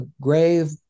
grave